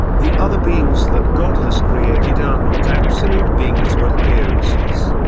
the other beings that god has created are not absolute beings but appearances.